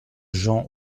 jean